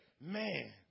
man